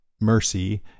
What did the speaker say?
Mercy